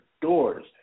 doors